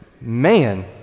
man